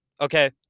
Okay